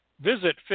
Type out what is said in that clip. visit